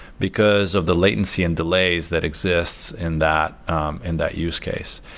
because of the latency and delays that exists in that um and that use case.